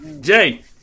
Jay